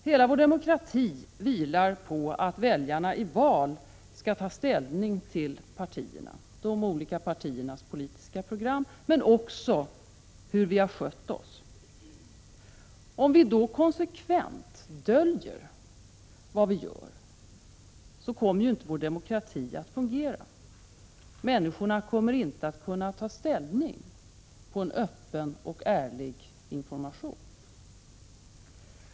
Hela vår demokrati vilar på att väljarna i val skall ta ställning till de olika partiernas politiska program men också till hur vi har skött oss. Om vi då konsekvent döljer vad vi gör, kommer ju inte vår demokrati att fungera. Människorna kommer inte att kunna ta ställning på grundval av en öppen och ärlig information.